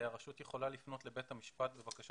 הרשות יכולה לפנות לבית המשפט בבקשה